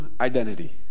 identity